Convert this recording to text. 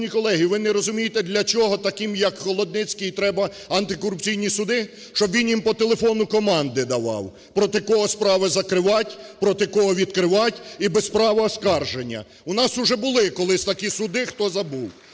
ви не розумієте для чого таким як Холодницький треба антикорупційні суди? Щоб він їм по телефону команди давав, проти кого справи закривать, проти кого відкривать і без права оскарження. У нас вже були колись такі суди, хто забув